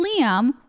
Liam